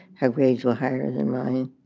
her grades were higher than any.